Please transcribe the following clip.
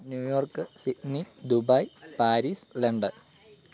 New York Sydney Dubai Paris London